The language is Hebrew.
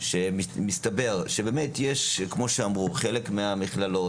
מסתבר שחלק מהמכללות,